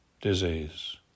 disease